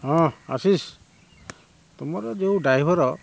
ହଁ ଆଶିଷ ତୁମର ଯେଉଁ ଡ୍ରାଇଭର